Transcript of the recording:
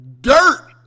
Dirt